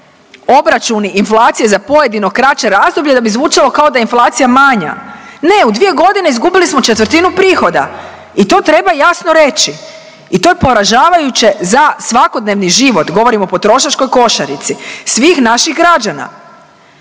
obračuni inflacije za pojedino kraće razdoblje da bi zvučalo kao da je inflacija manja. Ne, u 2 godine izgubili smo četvrtinu prihoda i to treba jasno reći. I to je poražavajuće za svakodnevni život, govorim o potrošačkoj košarici svih naših građana.